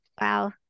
Wow